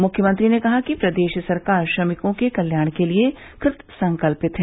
मुख्यमंत्री ने कहा कि प्रदेश सरकार श्रमिकों के कल्याण के लिये कृत संकल्पित है